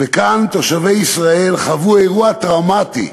וכאן תושבי ישראל חוו אירוע טראומטי.